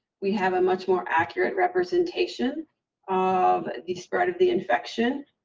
we have a much more accurate representation of the spread of the infection,